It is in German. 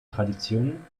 traditionen